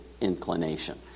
inclination